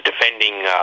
defending